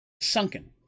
sunken